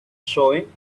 showing